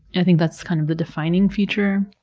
i think that is, kind of, the defining feature.